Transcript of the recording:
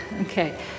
okay